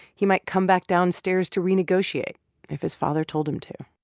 he might come back downstairs to renegotiate if his father told him to